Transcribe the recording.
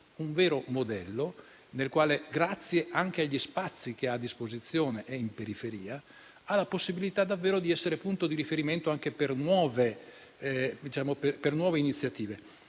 un vero modello, che, grazie anche agli spazi che ha a disposizione in periferia, ha la possibilità davvero di essere punto di riferimento per nuove iniziative.